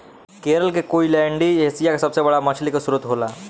केरल के कोईलैण्डी एशिया के सबसे बड़ा मछली के स्त्रोत होला